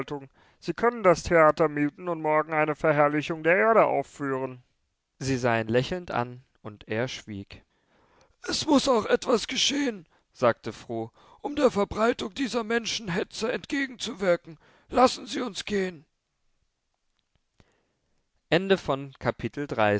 sie können das theater mieten und morgen eine verherrlichung der erde aufführen sie sah ihn lächelnd an und er schwieg es muß auch etwas geschehen sagte fru um der verbreitung dieser menschenhetze entgegenzuwirken lassen sie uns gehen